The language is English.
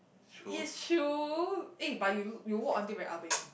it's true eh but you you walk until very ah beng